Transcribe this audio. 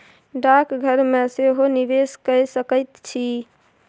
डाकघर मे सेहो निवेश कए सकैत छी